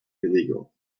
illegal